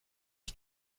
ich